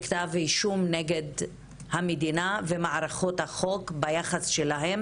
כתב אישום נגד המדינה ומערכות החוק ביחס שלהם